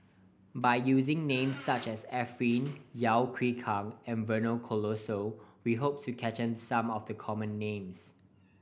by using names such as Arifin Yeo Yeow Kwang and Vernon Cornelius we hope to capture some of the common names